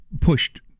pushed